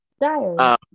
Diary